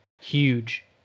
huge